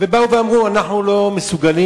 ובאו ואמרו: אנחנו לא מסוגלים,